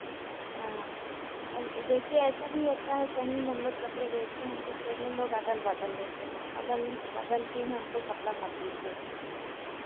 हाँ अब देखिए ऐसा भी होता है कि कहीँ हमलोग कपड़े भेजते हैं तो टेलर लोग अदल बदल लेते हैं अदल बदल के हमको कपड़ा मत दीजिएगा